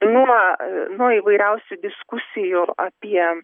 nuo nuo įvairiausių diskusijų apie